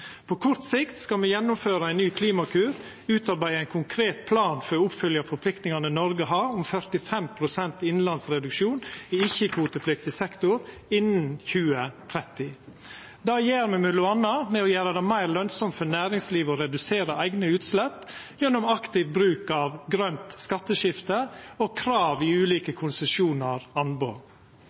På kort sikt skal me gjennomføra ein ny klimakur, utarbeida ein konkret plan for oppfølging av forpliktingane Noreg har om 45 pst. innanlandsreduksjon i ikkje-kvotepliktig sektor innan 2030. Det gjer me m.a. ved å gjera det meir lønsamt for næringslivet å redusera eigne utslepp gjennom aktiv bruk av grønt skatteskifte og krav i ulike konsesjonar og anbod.